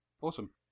awesome